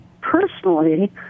personally